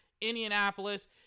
Indianapolis